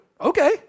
okay